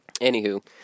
anywho